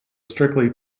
strictly